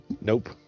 nope